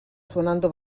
suonando